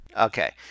Okay